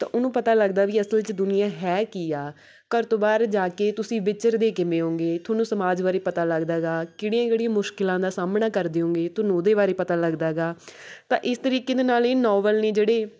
ਤਾਂ ਉਹਨੂੰ ਪਤਾ ਲੱਗਦਾ ਵੀ ਅਸਲ 'ਚ ਦੁਨੀਆ ਹੈ ਕੀ ਆ ਘਰ ਤੋਂ ਬਾਹਰ ਜਾ ਕੇ ਤੁਸੀਂ ਵਿਚਰਦੇ ਕਿਵੇਂ ਹੋਊਂਗੇ ਤੁਹਾਨੂੰ ਸਮਾਜ ਬਾਰੇ ਪਤਾ ਲੱਗਦਾ ਗਾ ਕਿਹੜੀਆਂ ਕਿਹੜੀਆਂ ਮੁਸ਼ਕਿਲਾਂ ਦਾ ਸਾਹਮਣਾ ਕਰਦੇ ਹੋਊਂਗੇ ਤੁਹਾਨੂੰ ਉਹਦੇ ਬਾਰੇ ਪਤਾ ਲੱਗਦਾ ਗਾ ਤਾਂ ਇਸ ਤਰੀਕੇ ਦੇ ਨਾਲ ਇਹ ਨੋਵਲ ਨੇ ਜਿਹੜੇ